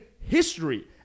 history